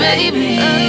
Baby